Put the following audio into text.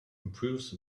improves